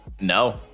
no